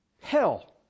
Hell